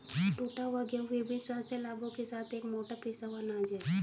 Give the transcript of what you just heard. टूटा हुआ गेहूं विभिन्न स्वास्थ्य लाभों के साथ एक मोटा पिसा हुआ अनाज है